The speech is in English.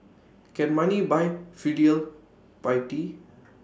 can money buy filial piety